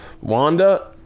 Wanda